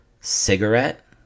cigarette